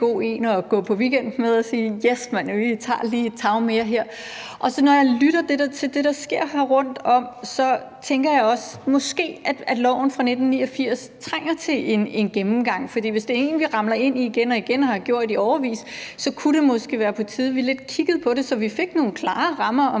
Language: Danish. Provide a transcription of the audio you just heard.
god en at gå til weekend på, hvor vi siger: Yes, vi tager lige et tag mere her. Når jeg lytter til det, der sker rundtomkring, tænker jeg også, at loven fra 1989 måske trænger til en gennemgang. For hvis det er noget, vi ramler ind i igen og igen og har gjort det i årevis, kunne det måske være på tide, at vi kiggede lidt på det, så vi fik nogle klare rammer